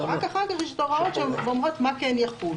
רק אחר כך יש הוראות שאומרות מה כן יחול.